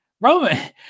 Roman